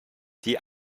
die